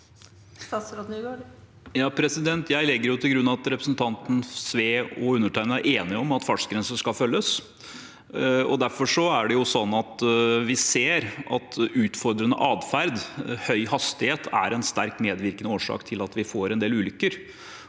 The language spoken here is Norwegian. Jeg legger til grunn at representanten Sve og undertegnede er enige om at fartsgrenser skal følges. Vi ser at utfordrende atferd og høy hastighet er en sterkt medvirkende årsak til at vi får en del ulykker.